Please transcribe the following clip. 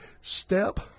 step